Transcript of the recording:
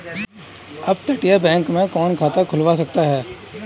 अपतटीय बैंक में कौन खाता खुलवा सकता है?